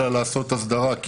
אלא לעשות הסדרה,